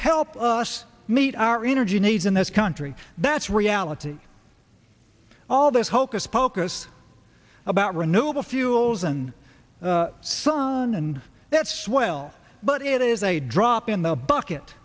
help us meet our energy needs in this country that's reality all this hocus pocus about renewable fuels and sun and that's well but it is a drop in the bucket